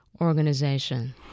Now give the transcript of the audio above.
organization